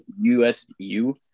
USU